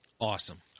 Awesome